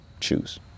choose